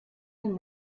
and